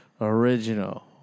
Original